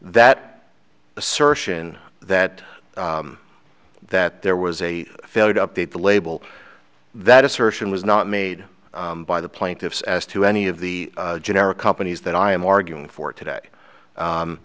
that assertion that that there was a failure to update the label that assertion was not made by the plaintiffs as to any of the generic companies that i am arguing for today